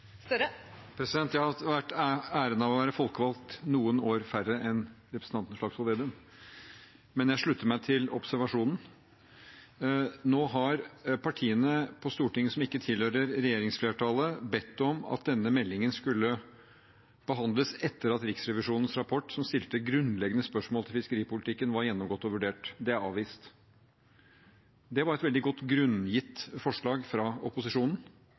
Jeg har hatt æren av å være folkevalgt noen færre år enn representanten Slagsvold Vedum, men jeg slutter meg til observasjonen. Nå har partiene på Stortinget som ikke tilhører regjeringsflertallet, bedt om at denne meldingen skulle behandles etter at Riksrevisjonens rapport, som stilte grunnleggende spørsmål ved fiskeripolitikken, var gjennomgått og vurdert. Det er avvist. Det var et veldig godt grunngitt forslag fra opposisjonen.